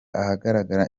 ahagaragara